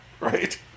right